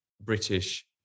British